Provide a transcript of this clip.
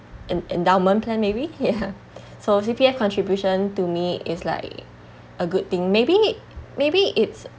an endowment plan maybe ya so C_P_F contribution to me is like a good thing maybe maybe it's